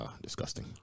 Disgusting